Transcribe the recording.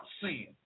sin